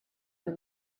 than